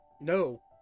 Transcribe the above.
no